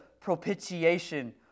propitiation